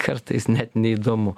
kartais net neįdomu